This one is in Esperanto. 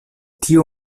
tiu